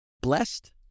blessed